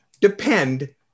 depend